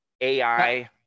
ai